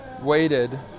waited